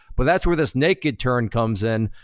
but that's where this naked term comes in.